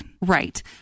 Right